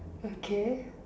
okay